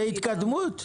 זו התקדמות.